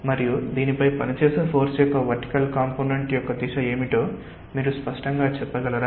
మరియు దీనిపై పనిచేసే ఫోర్స్ యొక్క వర్టికల్ కాంపొనెంట్ యొక్క దిశ ఏమిటో మీరు స్పష్టంగా చెప్పగలరా